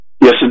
Yes